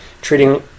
treating